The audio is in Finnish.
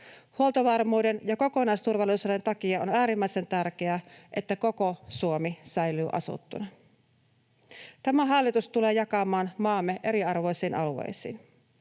Huoltovarmuuden ja kokonaisturvallisuuden takia on äärimmäisen tärkeää, että koko Suomi säilyy asuttuna. Tämä hallitus tulee jakamaan maamme eriarvoisiin alueisiin,